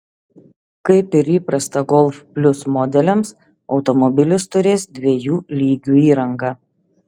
kaip ir įprasta golf plius modeliams automobilis turės dviejų lygių įrangą